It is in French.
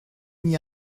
n’y